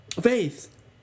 Faith